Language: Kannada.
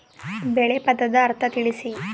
ಬೆಳೆ ಪದದ ಅರ್ಥ ತಿಳಿಸಿ?